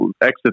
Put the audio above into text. exit